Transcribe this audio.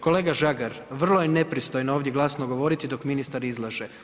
Kolega Žagar, vrlo je nepristojno ovdje glasno govoriti dok ministar izlaže.